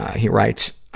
he writes,